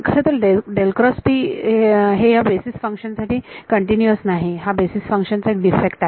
खरंतर हे ह्या बेसीस फंक्शन साठी कंटीन्युअस नाही हा बेसीस फंक्शन चा एक डिफेक्ट आहे